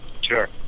Sure